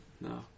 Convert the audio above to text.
No